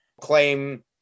claim